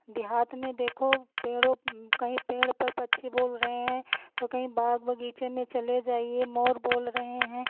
देहात में देखो पेड़ों कहीं पेड़ पर पक्षी बोल रहे हैं तो कहीं बाग़ बगीचे में चले जाइए मोर बोल रहे हैं